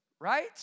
right